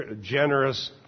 generous